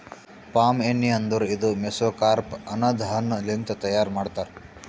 palm ಎಣ್ಣಿ ಅಂದುರ್ ಇದು ಮೆಸೊಕಾರ್ಪ್ ಅನದ್ ಹಣ್ಣ ಲಿಂತ್ ತೈಯಾರ್ ಮಾಡ್ತಾರ್